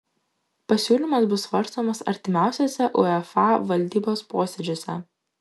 pasiūlymas bus svarstomas artimiausiuose uefa valdybos posėdžiuose